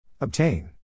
Obtain